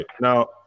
Now